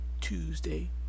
Tuesday